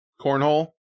Cornhole